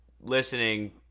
listening